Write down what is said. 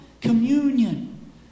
communion